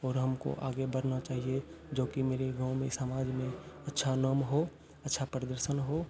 और हमको आगे बढ़ना चाहिए जो कि मेरे गाँव में समाज में अच्छा नाम हो अच्छा प्रदर्शन हो